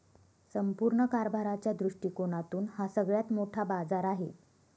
संपूर्ण कारभाराच्या दृष्टिकोनातून हा सगळ्यात मोठा बाजार आहे